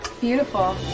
Beautiful